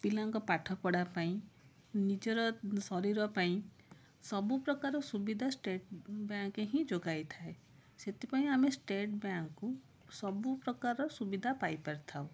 ପିଲାଙ୍କ ପାଠପଢ଼ା ପାଇଁ ନିଜର ଶରୀର ପାଇଁ ସବୁପ୍ରକାର ସୁବିଧା ଷ୍ଟେଟ ବ୍ୟାଙ୍କ ହିଁ ଯୋଗାଇ ଥାଏ ସେଥିପାଇଁ ଆମେ ଷ୍ଟେଟ ବ୍ୟାଙ୍କକୁ ସବୁପ୍ରକାର ସୁବିଧା ପାଇ ପାରିଥାଉ